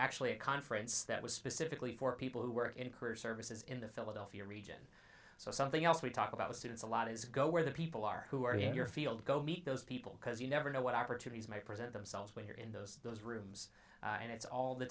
actually a conference that was specifically for people who work in career services in the philadelphia region so something else we talk about with students a lot is go where the people are who are your field go meet those people because you never know what opportunities might present themselves when you're in those those rooms and it's all the